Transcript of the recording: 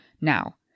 Now